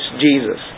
Jesus